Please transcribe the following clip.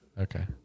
Okay